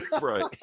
right